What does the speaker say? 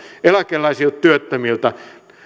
eläkeläisiltä ja työttömiltäkin